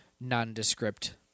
nondescript